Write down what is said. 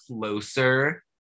closer